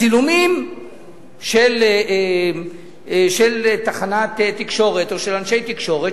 צילומים של תחנת תקשורת או של אנשי תקשורת,